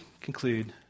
conclude